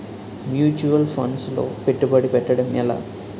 Mutual funds లో పెట్టుబడి పెట్టడం ఎలా?